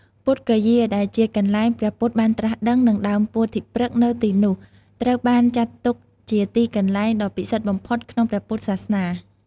ពុទ្ធគយាដែលជា កន្លែងព្រះពុទ្ធបានត្រាស់ដឹង និងដើមពោធិព្រឹក្សនៅទីនោះ ត្រូវបានចាត់ទុកជាទីកន្លែងដ៏ពិសិដ្ឋបំផុតក្នុងព្រះពុទ្ធសាសនា។